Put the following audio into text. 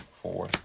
four